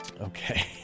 Okay